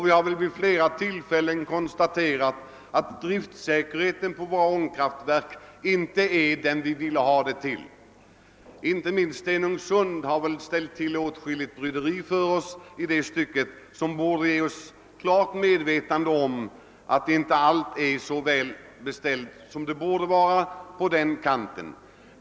Vi har vid flera tillfällen konstaterat att driftsäkerheten vid våra ångkraftverk inte är den som vi vill ha. Inte minst i Stenungsund har man råkat ut för åtskilligt bryderi i det stycket som borde göra oss klart medvetna om att inie allt är så väl beställt som det borde vara på den kanten.